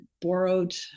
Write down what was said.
borrowed